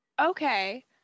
Okay